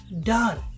done